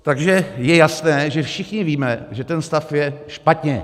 Takže je jasné, že všichni víme, že ten stav je špatně.